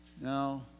now